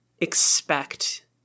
expect